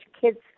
kids